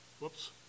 Whoops